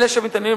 אלה שמתעניינים,